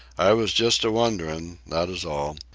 i was just a-wonderin', that is all.